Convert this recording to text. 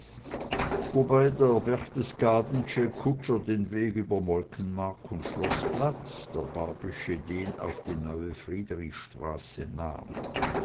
wobei der berchtesgadensche kutscher den weg über molkenmarkt und schloßplatz der barbysche den auf die neue friedrichstraße nahm